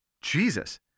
Jesus